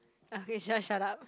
okay just shut up